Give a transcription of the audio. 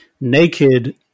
naked